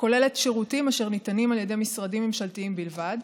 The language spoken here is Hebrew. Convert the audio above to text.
כוללת שירותים אשר ניתנים על ידי משרדים ממשלתיים בלבד,